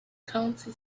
county